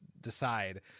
decide